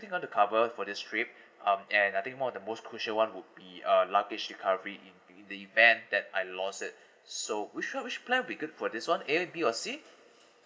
not to cover for this trip um and I think one of the most crucial one would be uh luggage in in the event that I lost it so which [one] which plan would be good for this [one] A B or C